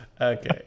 Okay